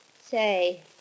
Say